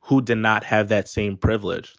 who did not have that same privilege